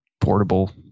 Portable